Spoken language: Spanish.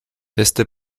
este